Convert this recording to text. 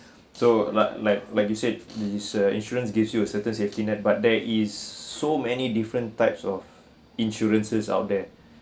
so like like like you said is uh insurance gives you a certain safety net but there is so many different types of insurances out there